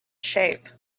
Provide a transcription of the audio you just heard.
shape